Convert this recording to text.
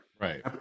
right